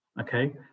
okay